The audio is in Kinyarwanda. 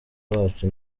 bacu